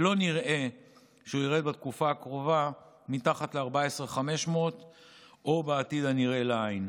לא נראה שהוא ירד בתקופה הקרובה מתחת ל-14,500 או בעתיד הנראה לעין.